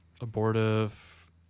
abortive